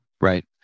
Right